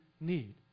need